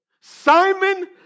Simon